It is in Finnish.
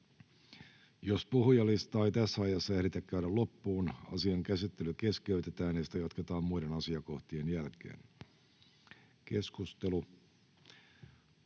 Jos puhujalistaa ei tässä ajassa ehditä käydä loppuun, asian käsittely keskeytetään ja sitä jatketaan muiden asiakohtien jälkeen. — Keskustelu